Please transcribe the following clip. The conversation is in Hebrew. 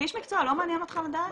כאיש מקצוע לא מעניין אותך לדעת?